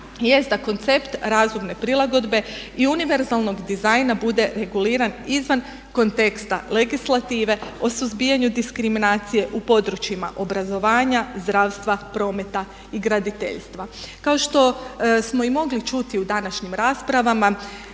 jest da koncept razumne prilagodbe i univerzalnog dizajna bude reguliran izvan konteksta legislative o suzbijanju diskriminacije u područjima obrazovanja, zdravstva, prometa i graditeljstva. Kao što smo i mogli čuti u današnjim raspravama